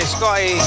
Scotty